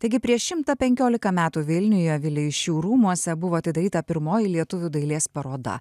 taigi prieš šimtą penkiolika metų vilniuje vileišių rūmuose buvo atidaryta pirmoji lietuvių dailės paroda